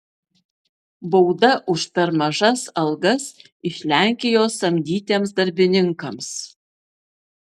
bauda už per mažas algas iš lenkijos samdytiems darbininkams